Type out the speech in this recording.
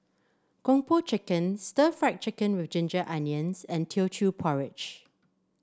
Kung Po Chicken Stir Fried Chicken Ginger Onions and Teochew Porridge